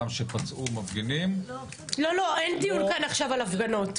גם שפצעו מפגינים --- אין דיון כאן עכשיו על הפגנות,